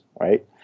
right